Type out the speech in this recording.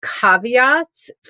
caveats